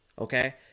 Okay